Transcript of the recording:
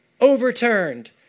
overturned